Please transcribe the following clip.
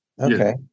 Okay